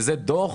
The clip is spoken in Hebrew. זה דוח